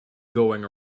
going